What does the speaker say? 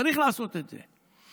צריך לעשות את זה.